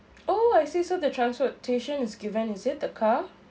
oh I see so the transportation is given is it the car